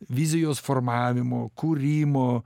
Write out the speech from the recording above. vizijos formavimo kūrimo